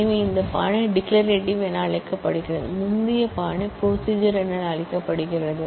எனவே இந்த style declarative என அழைக்கப்படுகிறது முந்தைய ஸ்டைல் ப்ரொசீஜர் என அழைக்கப்படுகிறது